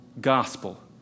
gospel